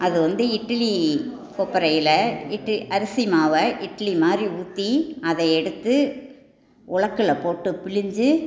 அது வந்து இட்லி கொப்பரையில் இட்லி அரிசி மாவை இட்லி மாதிரி ஊற்றி அதை எடுத்து உலக்கில் போட்டு பிழிஞ்சு